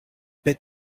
bit